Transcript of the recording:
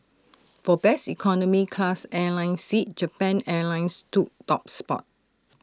for best economy class airline seat Japan airlines took top spot